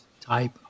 type